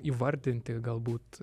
įvardinti galbūt